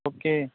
okay